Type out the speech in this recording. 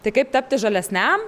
tai kaip tapti žalesniam